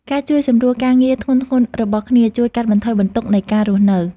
ការជួយសម្រួលការងារធ្ងន់ៗរបស់គ្នាជួយកាត់បន្ថយបន្ទុកនៃការរស់នៅ។